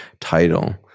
title